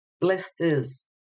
blisters